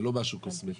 זה לא משהו קוסמטי.